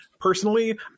Personally